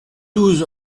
douze